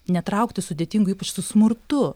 netraukti sudėtingų ypač su smurtu